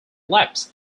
laps